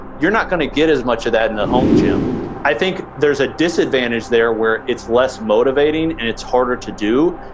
you're not gonna get as much of that in the home gym i think there's a disadvantage there where it's less motivating and it's harder to do,